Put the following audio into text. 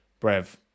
Brev